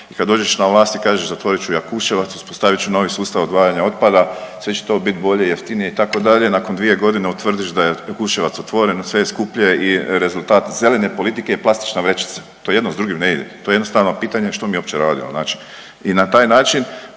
I kad dođeš na vlast i kažeš zatvorit ću Jakuševac, uspostavit ću novi sustav odvajanja otpada sve će to bit bolje, jeftinije itd. Nakon dvije godine utvrdiš da je Jakuševac otvoren, sve je skuplje i rezultat zelene politike je plastična vrećica. To jedno s drugim ne ide. To je jednostavno pitanje što mi uopće radimo i na taj način